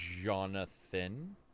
Jonathan